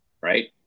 right